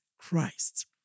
Christ